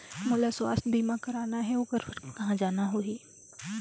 मोला स्वास्थ बीमा कराना हे ओकर बार कहा जाना होही?